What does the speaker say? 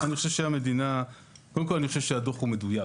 אני חושב שהדוח הוא מדויק,